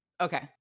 Okay